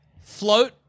float